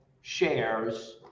shares